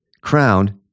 crowned